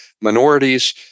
Minorities